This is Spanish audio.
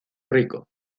rico